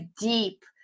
deep